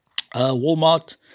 Walmart